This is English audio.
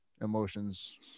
emotions